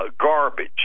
garbage